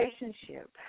relationship